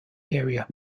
area